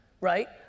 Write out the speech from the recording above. right